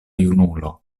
junulo